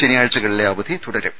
ശനിയാഴ്ചകളിലെ അവധി തുടരും